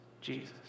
Jesus